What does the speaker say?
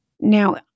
Now